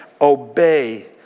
Obey